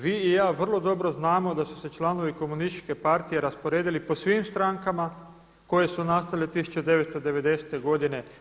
Vi i ja vrlo dobro znamo da su se članovi Komunističke partije rasporedili po svim strankama koje su nastale 1990. godine.